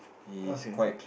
okay